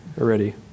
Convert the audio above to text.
already